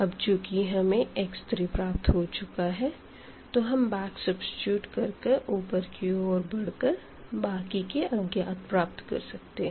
अब चूँकि हमें x3 प्राप्त हो चुका है तो हम बैक सब्सिट्यूट कर कर ऊपर की ओर बढ़ कर बाकी के अज्ञात प्राप्त कर सकते है